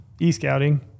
e-scouting